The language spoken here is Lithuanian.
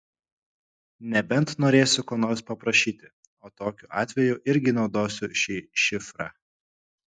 nebent norėsiu ko nors paprašyti o tokiu atveju irgi naudosiu šį šifrą